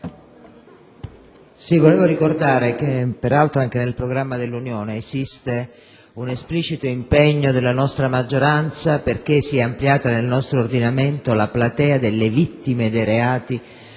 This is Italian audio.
vorrei ricordare che peraltro anche nel programma dell'Unione esiste un esplicito impegno della nostra maggioranza perché sia ampliata nel nostro ordinamento la platea delle vittime dei reati,